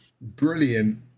brilliant